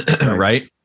Right